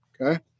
Okay